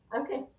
Okay